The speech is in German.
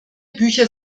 bücher